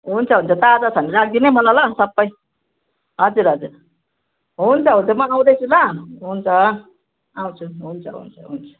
हुन्छ हुन्छ ताजा छ भने राखिदिनु है मलाई ल सबै हजुर हजुर हुन्छ हुुन्छ म आउँदैछु ल हुन्छ आउँछु हुन्छ हुन्छ हुन्छ